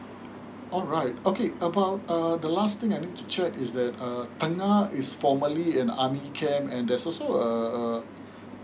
alright okay about uh the last thing I need to check is that uh tengah is formally an army camp and there's also a uh